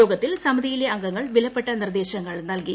യോഗത്തിൽ സമിതിയിലെ അംഗങ്ങൾ വിലപ്പെട്ട നിർദ്ദേശങ്ങൾ നൽകി